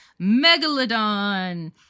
Megalodon